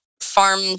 farm